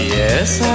Yes